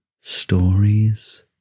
stories